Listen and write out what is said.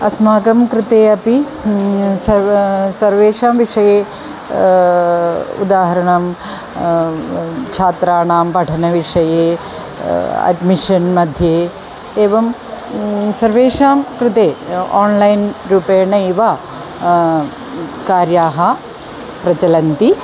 अस्माकं कृते अपि सर्व सर्वेषां विषये उदाहरणं छात्राणां पठनविषये अड्मिशन्मध्ये एवं सर्वेषां कृते आन्लैन् रूपेणैव कार्याः प्रचलन्ति